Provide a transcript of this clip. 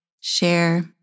share